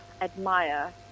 admire